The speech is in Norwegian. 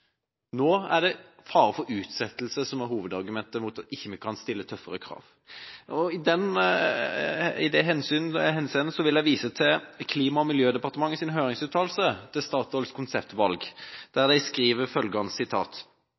Nå er det faren for utsettelse som er hovedargumentet mot at vi ikke kan stille tøffere krav. I det henseende vil jeg vise til Klima- og miljødepartementets høringsuttalelse til Statoils konseptvalg, der de skriver: